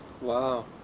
Wow